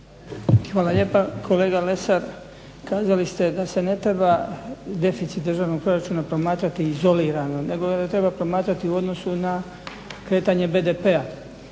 Hvala lijepa. Kolega Lesar kazali ste da se ne treba deficit državnog proračuna promatrati izolirano nego ga treba promatrati u odnosu na kretanje BDP-a.